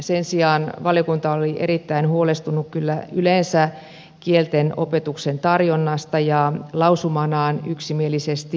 sen sijaan valiokunta oli kyllä erittäin huolestunut yleensä kieltenopetuksen tarjonnasta ja lausumanaan yksimielisesti esittääkin seuraavaa